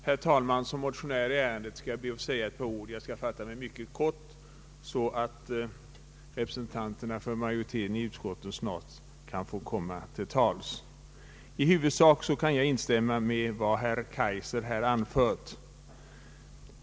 Herr talman! Som motionär i ärendet skall jag be att få säga några ord. Jag skall fatta mig mycket kort, så att representanten för majoriteten i utskottet äntligen kan få komma till tals. I huvudsak kan jag instämma i vad herr Kaijser här anfört.